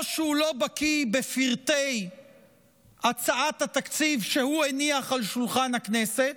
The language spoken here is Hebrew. או שהוא לא בקיא בפרטי הצעת התקציב שהוא הניח על שולחן הכנסת,